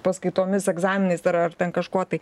paskaitomis egzaminais ar ar kažkuo tai